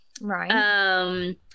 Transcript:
Right